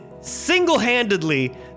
single-handedly